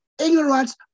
Ignorance